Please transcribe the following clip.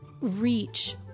reach